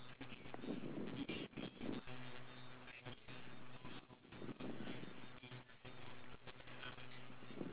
I just feel whenever I talk to parents not just dads I always need to have a level of respect so the way how I